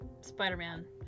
Spider-Man